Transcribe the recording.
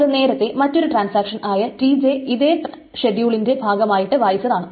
അത് നേരത്തെ മറ്റൊരു ട്രാൻസാക്ഷൻ ആയ Tj ഇതേ ഷെഡ്യൂളിന്റെ ഭാഗമായിട്ട് വായിച്ചതാണ്